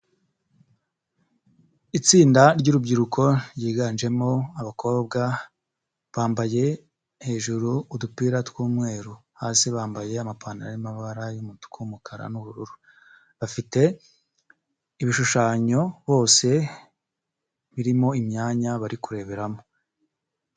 Itsinda ry'urubyiruko ryiganjemo abakobwa bambaye hejuru udupira tw'umweru, hasi bambaye amapantaro arimo amabara y'umutuku, umukara, n'ubururu, bafite ibishushanyo bose birimo imyanya bari kureberamo.